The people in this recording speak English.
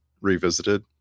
revisited